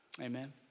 Amen